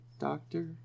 Doctor